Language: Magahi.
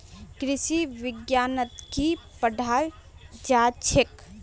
कृषि विज्ञानत की पढ़ाल जाछेक